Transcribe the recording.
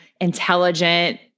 intelligent